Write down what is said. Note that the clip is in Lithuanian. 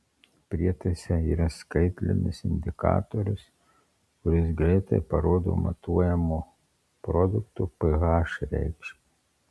prietaise yra skaitlinis indikatorius kuris greitai parodo matuojamo produkto ph reikšmę